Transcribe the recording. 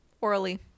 orally